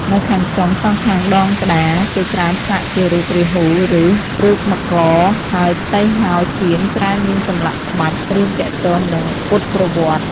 នៅខាងចុង សងខាងដងក្តារ គេច្រើនឆ្លាក់ជារូបរាហ៊ូ ឬ រូបមករ ហើយផ្ទៃហោជាងច្រើនមានចម្លាក់ក្បាច់ រឿងទាក់ទងនឹងពុទ្ធប្រវត្តិ។